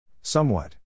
Somewhat